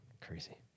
Crazy